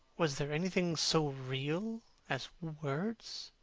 was there anything so real as words?